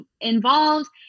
involved